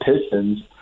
pistons